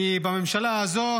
שבממשלה הזו,